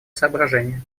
соображения